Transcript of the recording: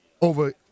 over